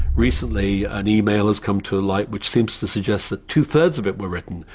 recently, an email has come to light which seems to suggest that two-thirds of it were written,